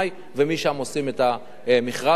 ומשם עושים את המכרז הזה.